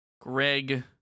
Greg